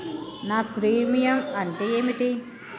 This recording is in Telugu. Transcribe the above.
నా ప్రీమియం అంటే ఏమిటి?